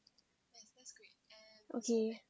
okay